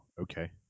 Okay